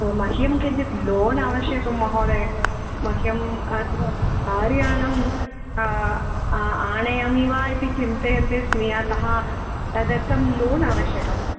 मह्यं किञ्चित् लोन् आवश्यकं महोदय मह्यम् अत्र कार्यानं आनयामि वा इति चिन्तयन्ति अस्मि अतः तदर्थं लोन् आवश्यकं